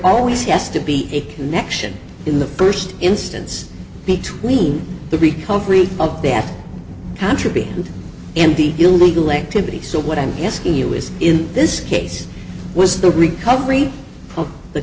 always yes to be a connection in the first instance between the recovery of bad contraband and the illegal activity so what i'm asking you is in this case was the recovery of the